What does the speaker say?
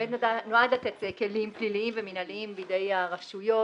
נועד לתת כלים פליליים ומינהליים בידי הרשויות,